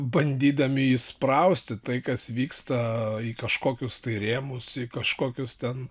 bandydami įsprausti tai kas vyksta į kažkokius tai rėmus kažkokius ten